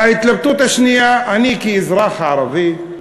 וההתלבטות השנייה, אני כאזרח ערבי,